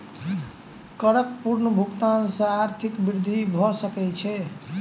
करक पूर्ण भुगतान सॅ आर्थिक वृद्धि भ सकै छै